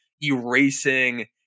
erasing